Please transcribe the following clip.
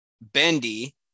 Bendy